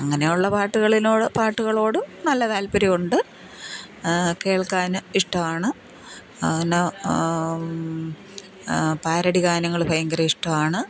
അങ്ങനെയുള്ള പാട്ടുകളിനോട് പാട്ടുകളോടും നല്ല താൽപ്പര്യമുണ്ട് കേൾക്കാൻ ഇഷ്ടമാണ് ന പാരഡി ഗാനങ്ങൾ ഭയങ്കര ഇഷ്ടമാണ്